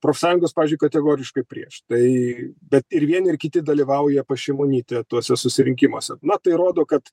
profsąjungos pavyzdžiui kategoriškai prieš tai bet ir vieni ir kiti dalyvauja pas šimonytę tuose susirinkimuose na tai rodo kad